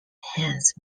hands